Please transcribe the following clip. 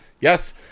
Yes